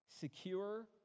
secure